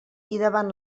davall